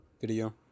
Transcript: video